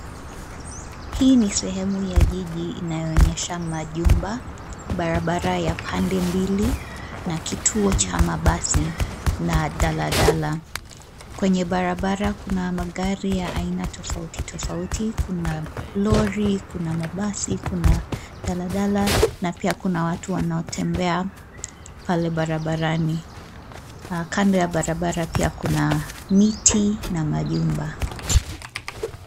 Hii ni sehemu ya jiji inayoonyesha majumba, barabara ya pande mbili, na kituo cha mabasi, na daladala. Kwenye barabara kuna magari ya aina tofauti tofauti kuna, lori kuna mabasi kuna, daladala na pia kuna watu wanaotembea, pale barabarani. Kando ya barabara pia kuna miti na majumba.